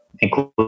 include